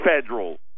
federal